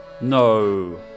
No